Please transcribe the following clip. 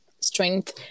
strength